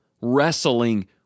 wrestling